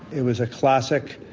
it was a classic,